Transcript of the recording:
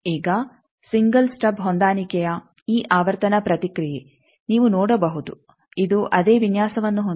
ಈಗ single stub ಹೊಂದಾಣಿಕೆಯ ಈ ಆವರ್ತನ ಪ್ರತಿಕ್ರಿಯೆ ನೀವು ನೋಡಬಹುದು ಇದು ಅದೇ ವಿನ್ಯಾಸವನ್ನು ಹೊಂದಿದೆ